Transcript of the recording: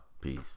Peace